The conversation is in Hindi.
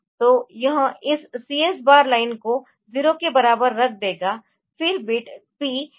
तो यह इस CS बार लाइन को 0 के बराबर रख देगा फिर बिट P36 सेट करें